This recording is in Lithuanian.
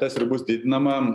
tas ir bus didinama